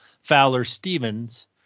Fowler-Stevens